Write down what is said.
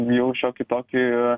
jau šiokį tokį